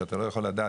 שאתה לא יכול לדעת,